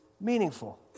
meaningful